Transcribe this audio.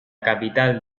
capital